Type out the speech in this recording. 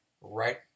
right